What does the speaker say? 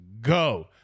go